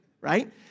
right